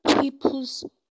people's